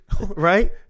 Right